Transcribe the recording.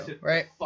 right